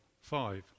five